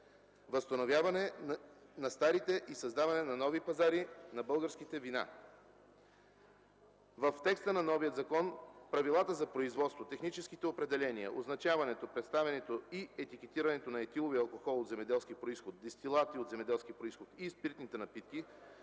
възстановяване на старите и създаване на нови пазари на българските вина. В текста на новия закон правилата за производството, техническите определения, означаването, представянето и етикетирането на етиловия алкохол от земеделски произход, дестилати от земеделски произход и спиртните напитки